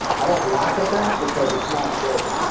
i don't laugh at that, because it's not a joke.